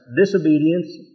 disobedience